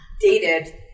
dated